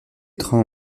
trains